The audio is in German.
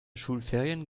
schulferien